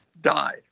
died